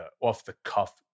off-the-cuff